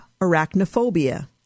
arachnophobia